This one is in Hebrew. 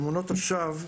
אמונות השווא,